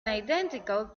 identical